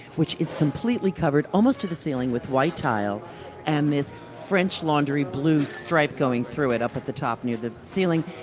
which is completely covered, almost to the ceiling, with white tile and this french laundry blue stripe going through it up at the top near the ceiling.